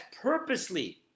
purposely